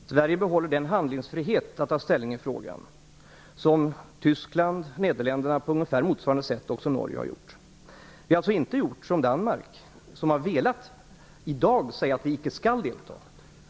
Fru talman! Sverige behåller den handlingsfrihet som Tyskland, Nederländerna och också Norge på ungefär motsvarande sätt har när det gäller att ta ställning i den frågan. Sverige har alltså inte gjort som Danmark - som har velat - nämligen i dag säga att Sverige inte skall deltaga.